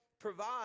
provide